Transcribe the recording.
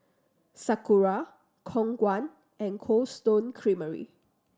Sakura Khong Guan and Cold Stone Creamery